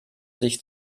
sich